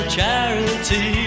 charity